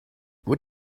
what